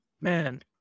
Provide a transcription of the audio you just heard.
man